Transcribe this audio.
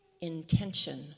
intention